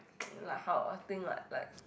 like how I think like like